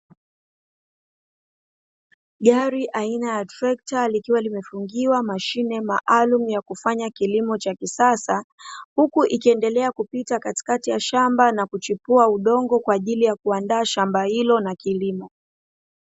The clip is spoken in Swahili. Gari aina ya trekta likiwa limefungiwa mashine maalumu yakufanya kilimo cha kisasa, huku ikiendelea kupita katikati ya shamba na kuchukua udongo kwajili ya kuandaa shamba hilo na kilimo.